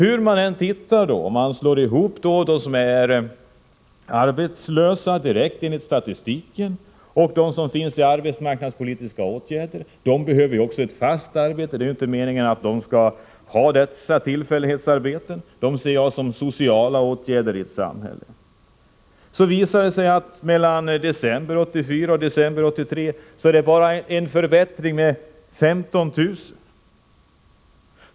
Om man då slår ihop de som är öppet arbetslösa enligt statistiken och de som finns i arbetsmarknadspolitiska åtgärder — också de behöver fast arbete, eftersom det inte är meningen att de skall ha dessa tillfällighetsarbeten, som jag ser som en social åtgärd i samhället — visar det sig att förbättringen från december 1983 till december 1984 är bara 15 000.